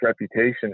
reputation